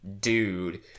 dude –